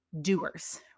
doers